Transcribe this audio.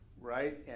right